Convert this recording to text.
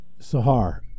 Sahar